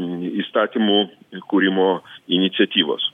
įstatymų kūrimo iniciatyvos